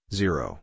zero